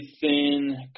thin